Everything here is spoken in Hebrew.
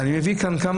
אני מביא כמה